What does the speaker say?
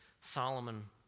Solomon